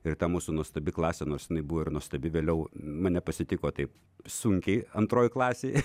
ir ta mūsų nuostabi klasė nors jinai buvo ir nuostabi vėliau mane pasitiko taip sunkiai antroj klasėj